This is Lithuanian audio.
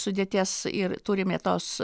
sudėties ir turime tos